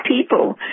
people